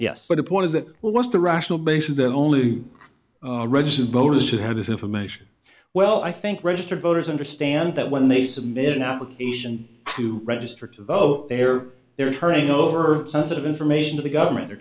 yes but the point is that well what's the rational basis that only registered voters should have this information well i think registered voters understand that when they submit an application to register to vote there they are turning over sensitive information to the government or